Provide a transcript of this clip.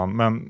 men